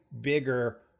bigger